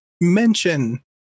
mention